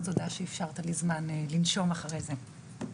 תודה שאפשרת לי זמן לנשום אחרי זה.